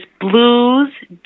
blues